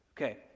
Okay